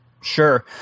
Sure